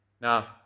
Now